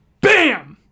BAM